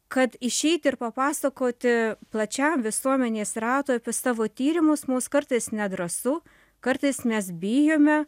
kad išeiti ir papasakoti plačiam visuomenės ratui apie savo tyrimus mus kartais nedrąsu kartais mes bijome